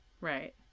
right